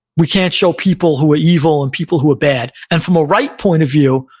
we can't show people who are evil and people who are bad. and from a right point of view,